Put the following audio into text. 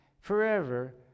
forever